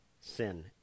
sin